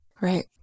Right